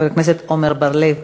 חבר הכנסת עמר בר-לב,